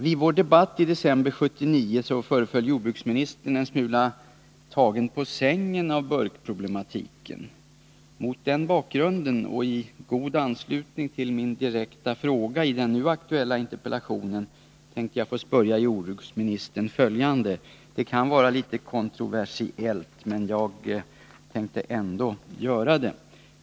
Vid vår debatt i december 1979 föreföll jordbruksministern en smula tagen på sängen av burkproblematiken. Mot den bakgrunden och i anslutning till min direkta fråga i den aktuella interpellationen tänkte jag få spörja jordbruksministern följande, trots att det kan vara litet kontroversiellt.